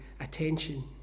attention